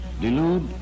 delude